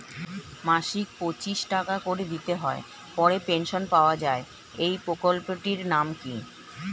মাসিক পঁচিশ টাকা করে দিতে হয় পরে পেনশন পাওয়া যায় এই প্রকল্পে টির নাম কি?